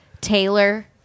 Taylor